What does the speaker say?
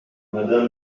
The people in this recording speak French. madame